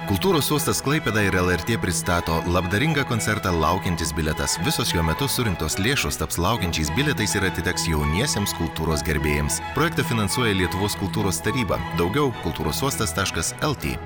kultūros uostas klaipėda ir lrt pristato labdaringą koncertą laukiantis bilietas visos jo metu surinktos lėšos taps laukiančiais bilietais ir atiteks jauniesiems kultūros gerbėjams projektą finansuoja lietuvos kultūros taryba daugiau kultūros sostas taškas lt